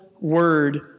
word